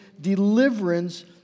deliverance